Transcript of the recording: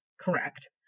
correct